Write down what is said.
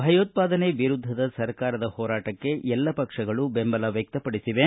ಭಯೋತ್ವಾದನೆ ವಿರುದ್ಧದ ಸರ್ಕಾರದ ಹೋರಾಟಕ್ಕೆ ಎಲ್ಲ ಪಕ್ಷಗಳು ಬೆಂಬಲ ವ್ವಕ್ತಪಡಿಸಿವೆ